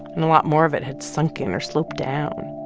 and a lot more of it had sunk in or sloped down.